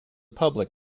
public